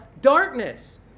Darkness